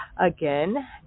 Again